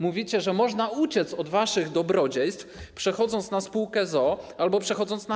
Mówicie, że można uciec od waszych dobrodziejstw, przechodząc na sp. z o.o. albo przechodząc na